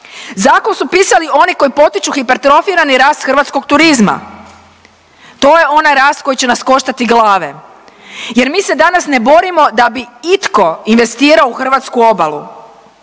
Zakon su pisali oni koji potiču hipertrofirani rast hrvatskog turizma. To je onaj rast koji će nas koštati glave jer mi se danas ne borimo da bi itko investirao u hrvatsku obalu,